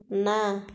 ନା